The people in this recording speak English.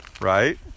right